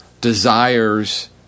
desires